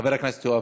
חבר הכנסת יואב